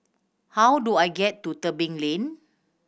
how do I get to Tebing Lane